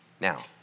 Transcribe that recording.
Now